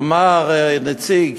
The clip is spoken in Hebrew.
אמר נציג